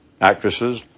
actresses